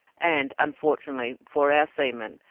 and, unfortunately for our seamen,